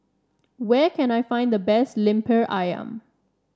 where can I find the best Lemper ayam